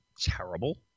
terrible